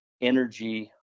energy